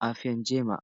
afya njema.